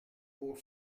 pour